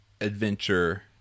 adventure